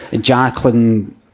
Jacqueline